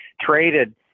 traded